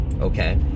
okay